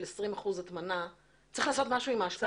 20 אחוזים הטמנה צריך לעשות משהו עם האשפה הזאת.